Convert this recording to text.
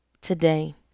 today